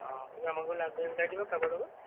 অঁ তুমি আমাৰ ঘৰলৈ আগবাঢ়ি ওলাই দিবা কাৰোবাৰ লগত